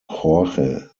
jorge